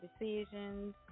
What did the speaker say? decisions